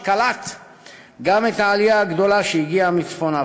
שקלט גם את העלייה הגדולה שהגיעה מצפון אפריקה,